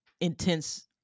intense